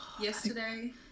yesterday